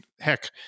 heck